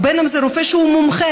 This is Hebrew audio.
ובין שזה רופא שהוא מומחה.